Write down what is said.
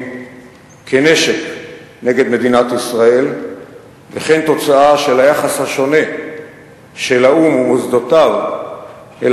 כנשק כנגד מדינת ישראל וכן תוצאה של היחס השונה של האו"ם ומוסדותיו אל